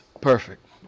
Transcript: perfect